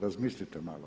Razmislite malo.